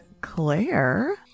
Claire